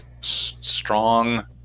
strong